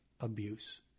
abuse